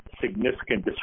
significant